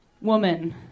woman